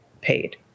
paid